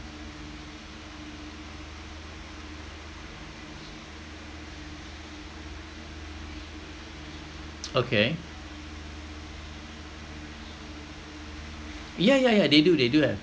okay ya ya ya they do they do have